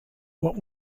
what